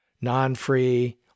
non-free